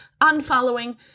unfollowing